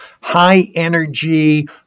high-energy